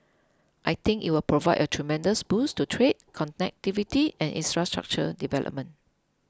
I think it will provide a tremendous boost to trade connectivity and infrastructure development